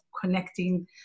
connecting